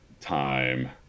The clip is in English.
time